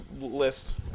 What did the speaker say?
list